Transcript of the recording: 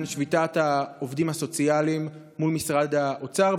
שביתת העובדים הסוציאליים מול משרד האוצר.